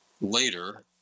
later